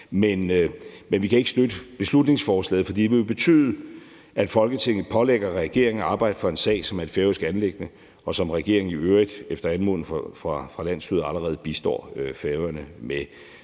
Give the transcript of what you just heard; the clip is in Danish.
men vi kan ikke støtte beslutningsforslaget, for det vil jo betyde, at Folketinget pålægger regeringen at arbejde for en sag, som er et færøsk anliggende, og som regeringen i øvrigt efter anmodning fra landsstyret allerede bistår Færøerne med.